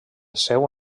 seu